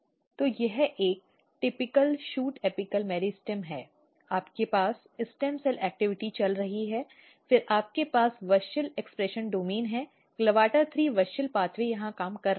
तो यह एक विशिष्ट शूट एपिक मेरिस्टेम है आपके पास स्टेम सेल गतिविधि चल रही है फिर आपके पास WUSCHEL अभिव्यक्ति डोमेन है CLAVATA3 WUSCHEL पाथवे यहाँ काम कर रहा है